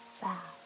fast